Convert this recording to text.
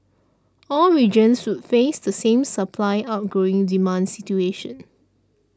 all regions would face the same supply outgrowing demand situation